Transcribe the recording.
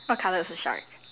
what colour is the shark